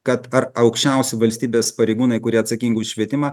kad ar aukščiausi valstybės pareigūnai kurie atsakingi už švietimą